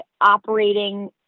operating